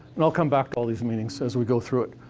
and i'll come back to all these meanings as we go through it.